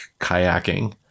kayaking